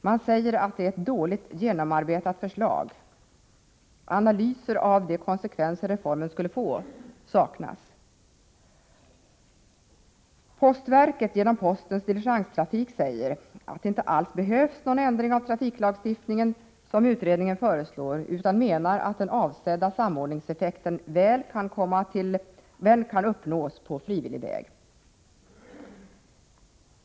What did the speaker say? Man säger att det är ett dåligt genomarbetat förslag och att analyser av de konsekvenser som reformen skulle få saknas. Postverket, genom postens diligenstrafik, hävdar att det inte alls behövs någon ändring av trafiklagstiftningen, som utredningen föreslår, utan menar att den avsedda samordningseffekten väl kan uppnås på frivillig väg.